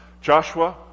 Joshua